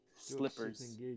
slippers